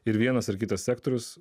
ir vienas ar kitas sektorius